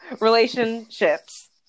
relationships